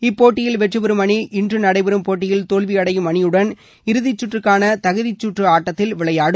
இப்போட்டியில் வெற்றிபெறும் அணி இன்று நடைபெறும் போட்டியில் தோல்வியடையும் அணியுடன் இறுதிச்சுற்றுக்கான தகுதிச்சுற்று ஆட்டத்தில் விளையாடும்